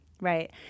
right